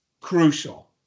crucial